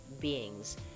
beings